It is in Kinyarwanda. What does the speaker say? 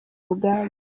rugamba